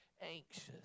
anxious